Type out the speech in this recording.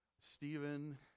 Stephen